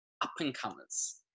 up-and-comers